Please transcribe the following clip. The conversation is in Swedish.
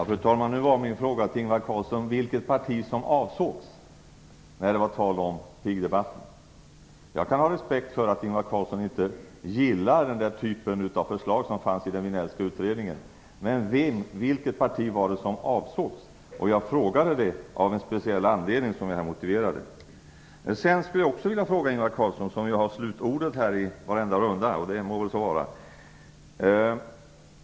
Fru talman! Min fråga till Ingvar Carlsson var: Jag kan ha respekt för att Ingvar Carlsson inte gillar den typen av förslag som fanns i den Vinellska utredningen. Men vilket parti var det som avsågs? Jag ställde den frågan av den speciella anledning som här motiverades. Ingvar Carlsson, som ju har slutordet i varenda debattrunda.